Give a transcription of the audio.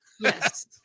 Yes